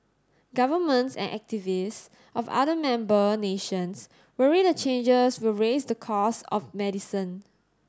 governments and activists of other member nations worry the changes will raise the costs of medicine